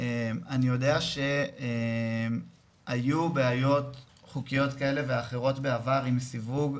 אני יודע שהיו בעיות חוקיות כאלה ואחרות בעבר עם סיווג,